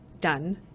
done